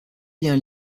bien